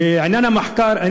ועניין המחקר,